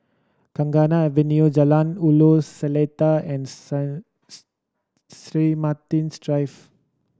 Avenue Jalan Ulu Seletar and Saints Three Martin's Drive